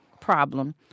problem